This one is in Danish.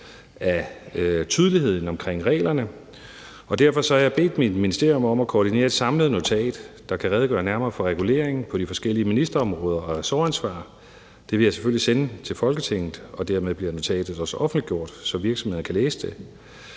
af tydeligheden omkring reglerne, og derfor har jeg bedt mit ministerium om at koordinere et samlet notat, der kan redegøre nærmere for regulering på de forskellige ministerområder og ressortansvar. Det vil jeg selvfølgelig sende til Folketinget, og dermed bliver notatet offentliggjort, så virksomheder kan læse det.